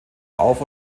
auf